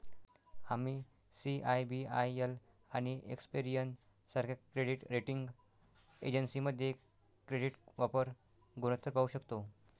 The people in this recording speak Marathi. आम्ही सी.आय.बी.आय.एल आणि एक्सपेरियन सारख्या क्रेडिट रेटिंग एजन्सीमध्ये क्रेडिट वापर गुणोत्तर पाहू शकतो